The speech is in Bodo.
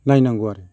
नायनांगौ आरो